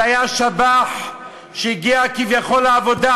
זה היה שב"ח שהגיע כביכול לעבודה.